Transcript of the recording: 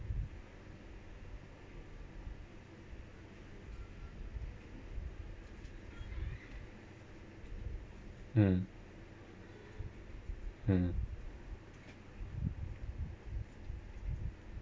mm mm